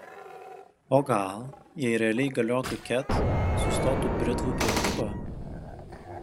o gal jei realiai galiotų ket sustotų britvų prekyba